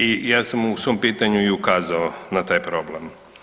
I ja sam u svom pitanju ukazao na taj problem.